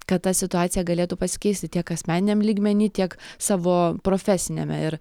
kad ta situacija galėtų pasikeisti tiek asmeniniam lygmeny tiek savo profesiniame ir